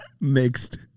Mixed